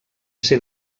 ser